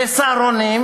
ב"סהרונים",